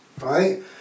right